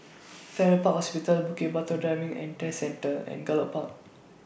Farrer Park Hospital Bukit Batok Driving and Test Centre and Gallop Park